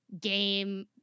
game